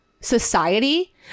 society